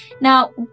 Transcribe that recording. Now